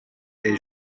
est